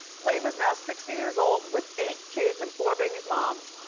flav is now sixty years old with eight kids and four babies' mom.